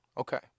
Okay